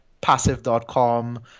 passive.com